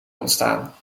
ontstaan